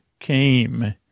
came